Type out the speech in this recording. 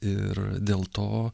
ir dėl to